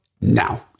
now